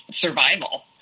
survival